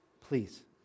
please